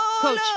coach